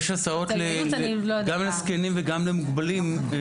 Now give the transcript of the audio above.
יש הסעות גם לזקנים וגם למוגבלים.